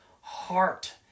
heart